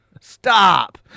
Stop